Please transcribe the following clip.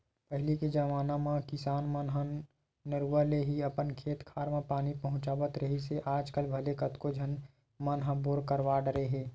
पहिली के जमाना म किसान मन ह नरूवा ले ही अपन खेत खार म पानी पहुँचावत रिहिस हे आजकल भले कतको झन मन ह बोर करवा डरे हे